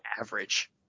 average